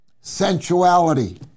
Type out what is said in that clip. sensuality